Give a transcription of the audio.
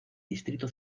distrito